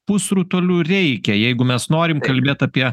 pusrutulių reikia jeigu mes norim kalbėt apie